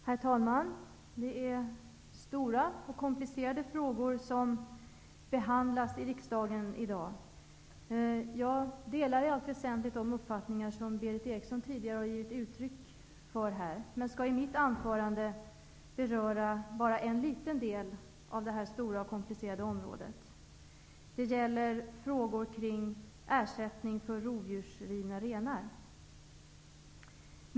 Herr talman! Det är stora och komplicerade frågor som behandlas i riksdagen i dag. Jag delar i allt väsentligt de uppfattningar som Berith Eriksson tidigare har givit uttryck för här, men skall i mitt anförande beröra bara en liten del av detta stora och komplicerade område. Det gäller frågor kring ersättning för rovdjursrivna renar.